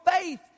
faith